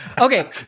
Okay